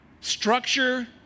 structure